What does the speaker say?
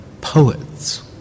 poet's